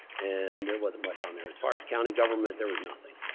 and there wasn't much on there. as far as county government, there was nothing.